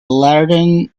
lantern